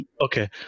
Okay